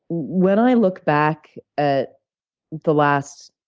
when i look back at the last